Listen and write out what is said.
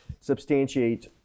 substantiate